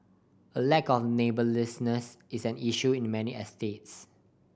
a lack of neighbourliness is an issue in many estates